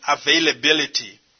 availability